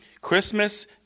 Christmas